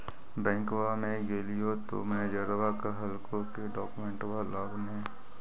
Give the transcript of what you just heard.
बैंकवा मे गेलिओ तौ मैनेजरवा कहलको कि डोकमेनटवा लाव ने?